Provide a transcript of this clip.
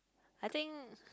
I think